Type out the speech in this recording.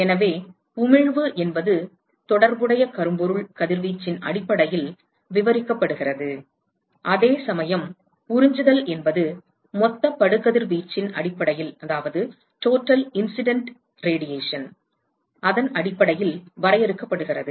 எனவே உமிழ்வு என்பது தொடர்புடைய கரும்பொருள் கதிர்வீச்சின் அடிப்படையில் விவரிக்கப்படுகிறது அதே சமயம் உறிஞ்சுதல் என்பது மொத்த படுகதிர்வீச்சின் அடிப்படையில் வரையறுக்கப்படுகிறது